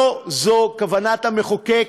לא זו כוונת המחוקק,